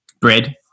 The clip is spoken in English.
Bread